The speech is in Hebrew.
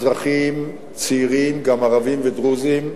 אזרחים צעירים, גם ערבים ודרוזים,